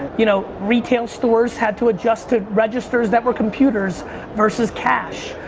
you know retail stores had to adjust to registers that were computers versus cash.